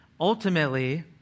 Ultimately